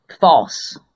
false